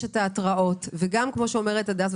יש את ההתראות וגם כמו שאומרת הדס,